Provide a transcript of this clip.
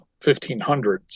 1500s